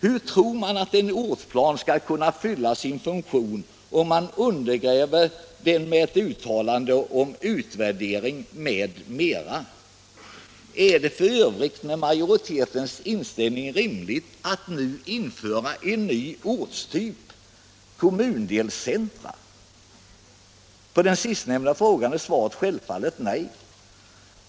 Hur tror man att en ortsplan skall kunna fylla sin funktion, om man undergräver den genom ett uttalande om utvärdering m.m.? Är det f.ö. med majoritetens inställning rimligt att nu införa en ny ortstyp, nämligen kommundelscentra? Svaret på denna fråga är självfallet nej.